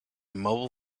mobile